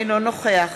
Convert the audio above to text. אינו נוכח